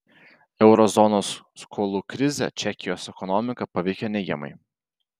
euro zonos skolų krizė čekijos ekonomiką paveikė neigiamai